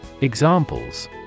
Examples